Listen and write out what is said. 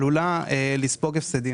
עלולה לספוג הפסדים.